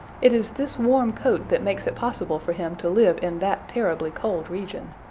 it is this warm coat that makes it possible for him to live in that terribly cold region.